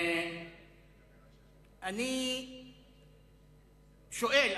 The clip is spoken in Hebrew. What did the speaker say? אני שואל,